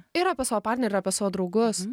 ir apie savo partnerę ir apie savo draugus